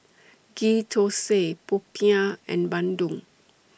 Ghee Thosai Popiah and Bandung